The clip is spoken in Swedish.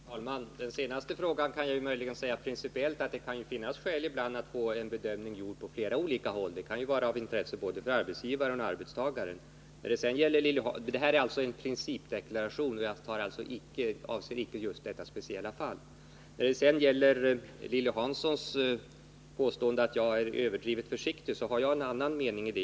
Herr talman! Som svar på den senaste frågan kan jag principiellt säga att det ibland möjligen kan finnas skäl att få en bedömning gjord på flera olika håll. Det kan vara av intresse både för arbetsgivaren och för arbetstagaren. Detta är alltså en principdeklaration, och den avser icke just detta speciella fall. När det gäller Lilly Hanssons påstående att jag är överdrivet försiktig har jag en annan uppfattning.